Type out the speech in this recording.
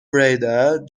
radar